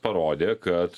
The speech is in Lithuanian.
parodė kad